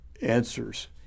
answers